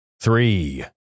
Three